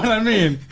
i mean?